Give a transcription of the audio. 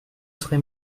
serais